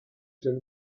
stelle